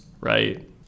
right